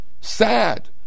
sad